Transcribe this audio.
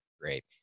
great